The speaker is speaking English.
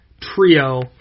trio